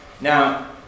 Now